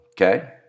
okay